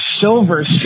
Silver